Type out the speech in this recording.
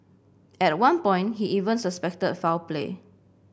at one point he even suspected foul play